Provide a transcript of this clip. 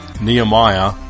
Nehemiah